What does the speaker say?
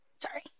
Sorry